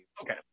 Okay